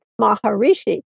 Maharishi